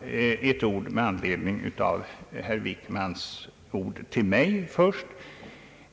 några ord med anledning av herr Wickmans replik till mig.